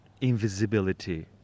invisibility